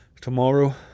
tomorrow